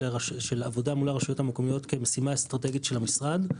העבודה מול הרשויות המקומיות כמשימה האסטרטגית של המשרד,